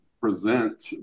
present